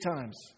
times